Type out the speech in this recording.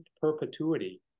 perpetuity